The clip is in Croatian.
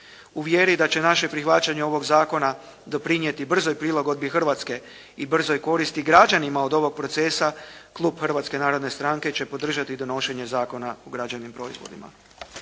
U vjeri da će naše prihvaćanje ovog zakona doprinijeti brzoj prilagodbi Hrvatske i brzoj koristi građanima od ovog procesa klub Hrvatske narodne stranke će podržati donošenje Zakona o građevnim proizvodima.